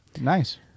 Nice